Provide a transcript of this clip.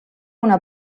una